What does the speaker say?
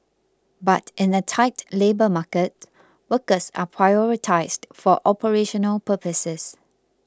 but in a tight labour market workers are prioritised for operational purposes